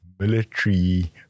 military